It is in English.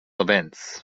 events